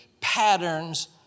patterns